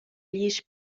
glisch